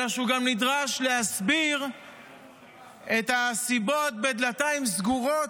אלא שהוא גם נדרש להסביר את הסיבות בדלתיים סגורות.